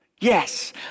Yes